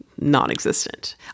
non-existent